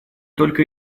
только